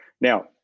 Now